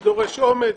זה דורש אומץ,